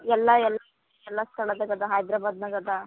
ಎಲ್ಲ ಎಲ್ಲ ಐತಿ ಎಲ್ಲ ಸ್ಥಳದಾಗ ಅದ ಹೈದ್ರಬಾದ್ನಾಗ ಅದ